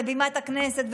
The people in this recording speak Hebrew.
אל בימת הכנסת,